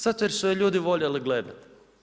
Zato jer su je ljudi voljeli gledati.